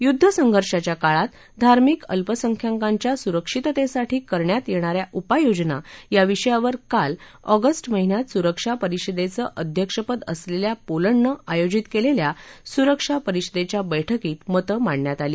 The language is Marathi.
युद्ध संघर्षाच्या काळात धार्मिक अल्पसंख्यांकांच्या सुरक्षिततेसाठी करण्यात येणाऱ्या उपाययोजना या विषयावर काल ऑगस्ट महिन्यात सुरक्षा परिषदेचं अध्यक्षपद असलेल्या पोलंडनं आयोजित केलेल्या सुरक्षा परिषदेच्या वैठकीत मतं मांडण्यात आली